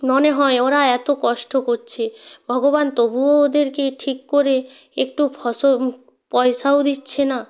মনে হয় ওরা এত কষ্ট করছে ভগবান তবুও ওদেরকে ঠিক করে একটু ফসল পয়সাও দিচ্ছে না